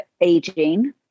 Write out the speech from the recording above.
aging